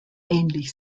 ähnlich